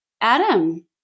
Adam